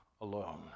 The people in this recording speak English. alone